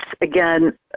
again